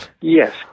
Yes